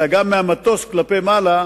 אלא גם מהמטוס כלפי מעלה,